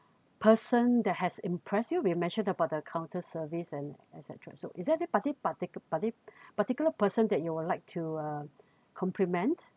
person that has impressed you you mentioned about the counter service and et cetera so is there any party party party party particular person that you would like to uh compliment